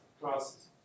classes